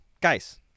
guys